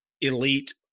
elite